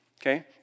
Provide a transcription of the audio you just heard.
Okay